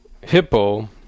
hippo